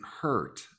hurt